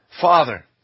Father